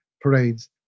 parades